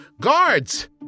guards